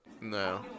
No